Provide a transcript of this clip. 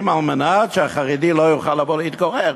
על מנת שהחרדי לא יוכל לבוא להתגורר,